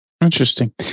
Interesting